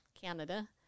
Canada